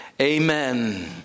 amen